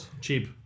cheap